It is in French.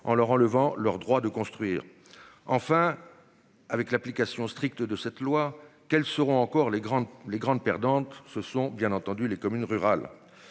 en leur enlevant leur droit de construire enfin. Avec l'application stricte de cette loi, quelles seront encore les grandes les grandes perdantes, ce sont bien entendu les communes rurales.